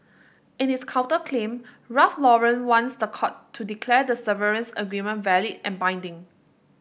in its counterclaim Ralph Lauren wants the court to declare the severance agreement valid and binding